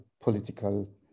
political